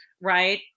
right